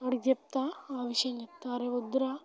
వాడికి చెప్తాను ఆ విషయం చెప్తాను అరే వద్దురా